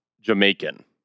Jamaican